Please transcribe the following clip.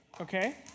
Okay